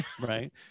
right